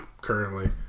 currently